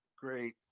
great